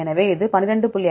எனவே இது 12